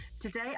Today